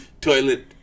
toilet